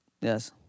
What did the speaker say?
Yes